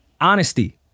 honesty